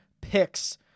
picks